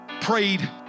prayed